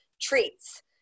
treats